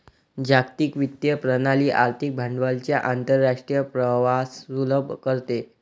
जागतिक वित्तीय प्रणाली आर्थिक भांडवलाच्या आंतरराष्ट्रीय प्रवाहास सुलभ करते